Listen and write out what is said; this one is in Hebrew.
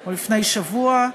או לפני שבוע.